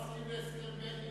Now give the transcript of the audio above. אתה לא מסכים להסכם בגין?